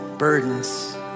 burdens